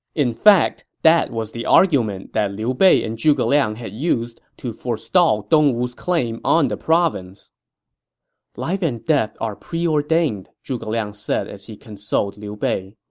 in fact, that was the argument liu bei and zhuge liang had used to forestall dongwu's claim on the province life and death are preordained, zhuge liang said as he consoled liu bei.